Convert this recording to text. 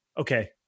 okay